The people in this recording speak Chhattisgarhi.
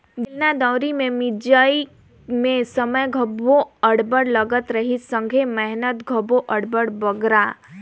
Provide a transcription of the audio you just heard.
बेलना दउंरी मे मिंजई मे समे घलो अब्बड़ लगत रहिस संघे मेहनत घलो अब्बड़ बगरा